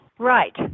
Right